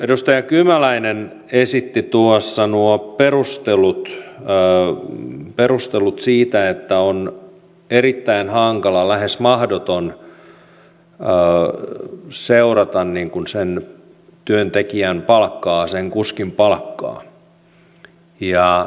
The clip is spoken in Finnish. edustaja kymäläinen esitti tuossa nuo perustelut siitä että on erittäin hankala lähes mahdoton seurata sen työntekijän sen kuskin palkkaa